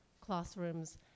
classrooms